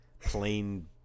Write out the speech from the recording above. plain